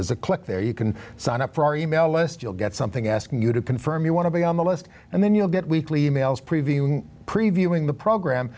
there's a click there you can sign up for our e mail list you'll get something asking you to confirm you want to be on the list and then you'll get weekly e mails preview previewing the program